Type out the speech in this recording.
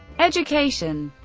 education